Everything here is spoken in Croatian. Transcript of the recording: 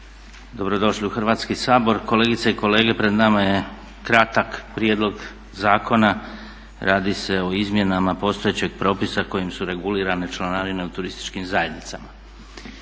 dobrodošli u Hrvatski sabor. Kolegice i kolege pred nama je kratak prijedlog zakona, radi se o izmjenama postojećeg propisa kojim su regulirane članarine u turističkim zajednicama.